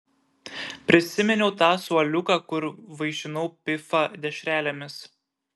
prisiminiau tą suoliuką kur vaišinau pifą dešrelėmis